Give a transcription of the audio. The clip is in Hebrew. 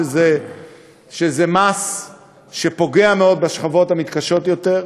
שזה מס שפוגע מאוד בשכבות המתקשות יותר,